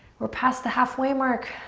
we're past the halfway mark.